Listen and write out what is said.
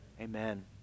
Amen